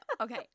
okay